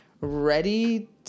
Ready